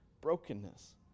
brokenness